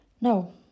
No